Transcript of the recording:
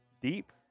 deep